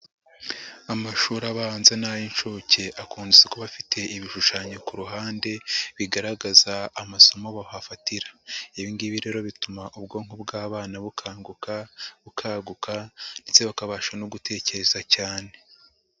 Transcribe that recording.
Amashuri abanza n'ay'inshuke akunze kuba bafite ibishushanyo ku ruhande bigaragaza amasomo bahafatira, ibi ngibi rero bituma ubwonko bw'abana bukanguka, bukaguka ndetse bakabasha no gutekereza cyane.